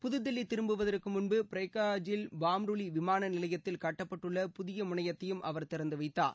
புதுதில்லி திரும்புவதற்க முன்பு பிரயாக்ராஜில் பாம்ருவி விமான நிலையத்தில் கட்டப்பட்டுள்ள புதிய முனையத்தையும் அவர் திறந்து வைத்தார்